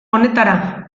honetara